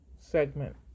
segment